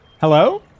hello